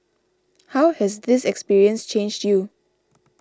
how has this experience changed you